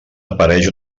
apareix